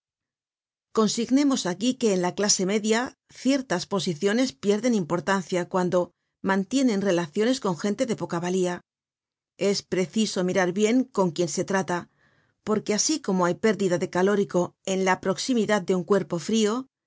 consignemos aquí que en la clase media ciertas posiciones pierden importancia cuando mantienen relaciones con gente de poca valía es preciso mirar bien con quién se trata porque asi como hay pérdida de calórico en la proximidad de un cuerpo frio asi